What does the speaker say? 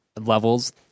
levels